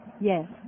Yes